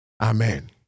Amen